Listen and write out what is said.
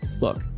look